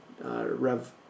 Rev